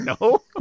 no